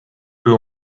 peu